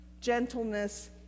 gentleness